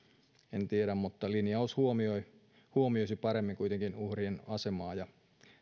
en tiedä mutta linjaus huomioisi paremmin kuitenkin uhrien asemaa ja